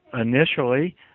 initially